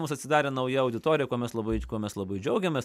mums atsidarė nauja auditorija kuo mes labai kuo mes labai džiaugiamės